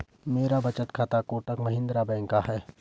मेरा बचत खाता कोटक महिंद्रा बैंक का है